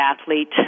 athlete